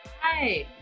Hi